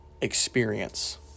experience